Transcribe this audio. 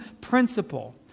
principle